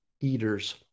eaters